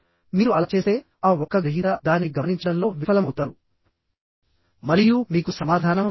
మీరు అలా చేస్తే ఆ ఒక్క గ్రహీత దానిని గమనించడంలో విఫలమవుతారు మరియు మీకు సమాధానం రాదు